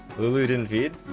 looting